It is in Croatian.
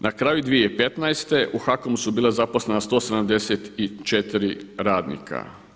Na kraju 2015. u HAKOM-u su bila zaposlena 174 radnika.